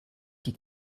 die